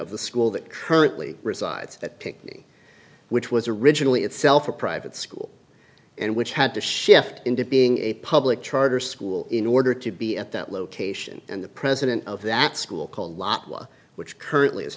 of the school that currently resides at pick me which was originally itself a private school and which had to shift into being a public charter school in order to be at that location and the president of that school kolata which currently is